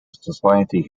society